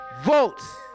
Votes